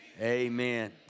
amen